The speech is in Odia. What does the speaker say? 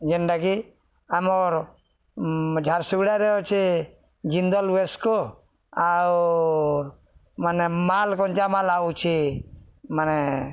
ଯେନ୍ଟାକି ଆମର୍ ଝାରସୁଗୁଡ଼ାରେ ଅଛି ଜିନ୍ଦଲ ୱେସ୍କୋ ଆଉ ମାନେ ମାଲ କଞ୍ଚାମାଲ ଆସୁଛି ମାନେ